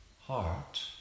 heart